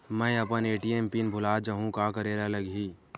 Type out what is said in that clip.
मैं अपन ATM PIN भुला जहु का करे ला लगही?